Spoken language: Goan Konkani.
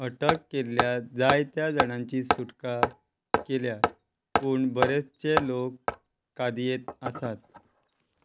अटक केल्ल्या जायत्या जाणांची सुटका केल्या पूण बरेचशे लोक कैदांत आसात